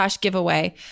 giveaway